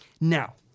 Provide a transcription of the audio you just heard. Now